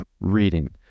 reading